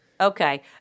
Okay